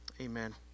Amen